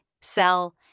sell